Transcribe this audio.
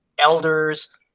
Elders